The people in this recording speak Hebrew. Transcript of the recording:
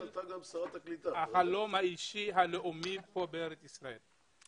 החלום האישי הלאומי בארץ ישראל.